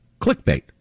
clickbait